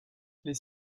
les